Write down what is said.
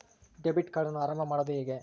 Debit ಕಾರ್ಡನ್ನು ಆರಂಭ ಮಾಡೋದು ಹೇಗೆ?